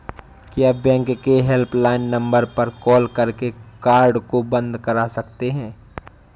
क्या बैंक के helpline number पर कॉल करके कार्ड को बंद करा सकते हैं?